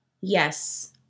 Yes